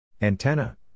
Antenna